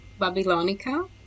babylonica